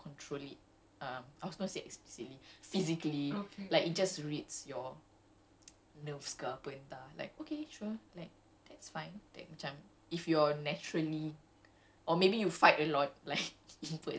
and stuff so much lah you can you can see like it's instinctual you know you don't need to control it uh I was gonna say extra silly physically like it just reads your nerves ke apa entah like okay sure like that's fine